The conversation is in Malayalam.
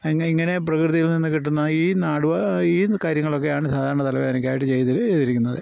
ഈ ഇങ്ങനെ പ്രകൃതിയിൽ നിന്ന് കിട്ടുന്ന ഈ ഈ കാര്യങ്ങളൊക്കെയാണ് സാധാരണ തലവേദനയ്ക്കായിട്ട് ചെയ്തിരിക്കുന്നത്